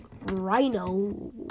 rhino